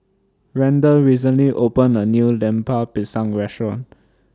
Randel recently opened A New Lemper Pisang Restaurant